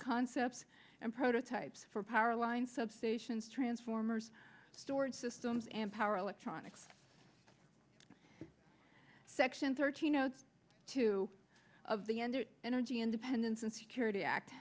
concepts and prototypes for power lines substations transformers storage systems and power electronics section thirteen two of the end energy independence and security act